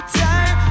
time